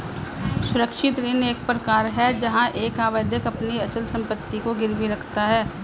सुरक्षित ऋण एक प्रकार है जहां एक आवेदक अपनी अचल संपत्ति को गिरवी रखता है